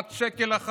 עד השקל האחרון,